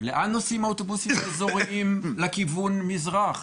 לאן נוסעים האוטובוסים האזוריים לכיוון מזרח?